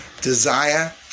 desire